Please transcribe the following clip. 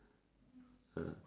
ah